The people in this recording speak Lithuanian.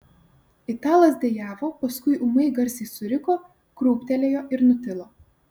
italas dejavo paskui ūmai garsiai suriko krūptelėjo ir nutilo